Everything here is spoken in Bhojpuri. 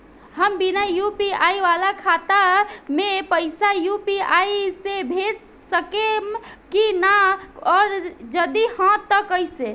हम बिना यू.पी.आई वाला खाता मे पैसा यू.पी.आई से भेज सकेम की ना और जदि हाँ त कईसे?